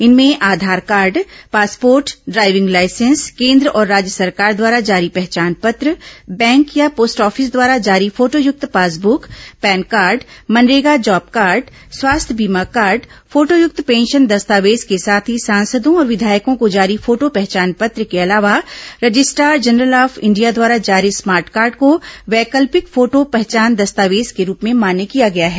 इनमें Aadhaar card passport driving licence केन्द्र और राज्य सरकार द्वारा जारी पहचान पत्र बैंक या पोस्ट ऑफिस द्वारा जारी फोटोयुक्त passbook PAN card MNREGA job card स्वास्थ्य बीमा कार्ड फोटोयक्त पेंशन दस्तावेज के साथ ही सांसदों और विधायकों को जारी फोटो पहचान पत्र के अलावा रजिस्टार जनरलै ऑफ इंडिया द्वारा जारी स्मार्ट कार्ड को वैकल्पिक फोटो पहचान दस्तावेज के रूप में मान्य किया गया है